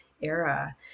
era